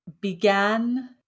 began